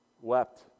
wept